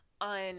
on